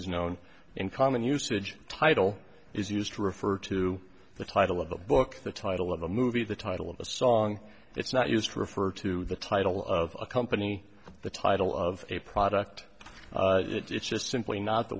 is known in common usage title is used to refer to the title of a book the title of a movie the title of a song it's not used to refer to the title of a company the title of a product it's just simply not the